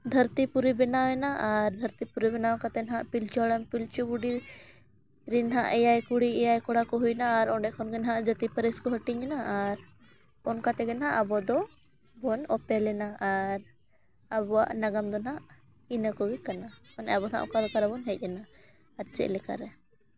ᱫᱷᱟᱹᱨᱛᱤᱯᱩᱨᱤ ᱵᱮᱱᱟᱣ ᱮᱱᱟ ᱟᱨ ᱫᱷᱟᱹᱨᱛᱤ ᱯᱩᱨᱤ ᱵᱮᱱᱟᱣ ᱠᱟᱛᱮ ᱦᱟᱸᱜ ᱯᱤᱞᱪᱩ ᱟᱲᱟᱝ ᱯᱤᱞᱪᱩ ᱵᱩᱰᱷᱤ ᱨᱮᱱ ᱦᱟᱸᱜ ᱮᱭᱟᱭ ᱠᱩᱲᱤ ᱮᱭᱟᱭ ᱠᱚᱲᱟ ᱠᱚ ᱦᱩᱭᱮᱱᱟ ᱟᱨ ᱚᱸᱰᱮ ᱠᱷᱚᱱ ᱜᱮ ᱱᱟᱦᱟᱸᱜ ᱡᱟᱹᱛᱤ ᱯᱟᱹᱨᱤᱥ ᱠᱚ ᱦᱟᱹᱴᱤᱧ ᱮᱱᱟ ᱟᱨ ᱚᱱᱠᱟ ᱛᱮᱜᱮ ᱱᱟᱦᱟᱸᱜ ᱟᱵᱚ ᱫᱚᱵᱚᱱ ᱚᱯᱮᱞᱮᱱᱟ ᱟᱨ ᱟᱵᱚᱣᱟᱜ ᱱᱟᱜᱟᱢ ᱫᱚ ᱱᱟᱦᱟᱸᱜ ᱤᱱᱟᱹ ᱠᱚᱜᱮ ᱠᱟᱱᱟ ᱢᱟᱱᱮ ᱟᱵᱚ ᱦᱟᱸᱜ ᱚᱠᱟ ᱞᱮᱠᱟ ᱨᱮᱵᱚᱱ ᱦᱮᱡ ᱮᱱᱟ ᱟᱨ ᱪᱮᱫᱞᱮᱠᱟᱨᱮ